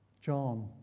John